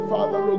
Father